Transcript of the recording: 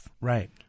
Right